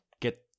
get